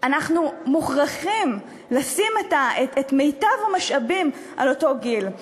אנחנו מוכרחים לשים את מיטב המשאבים לאותו גיל.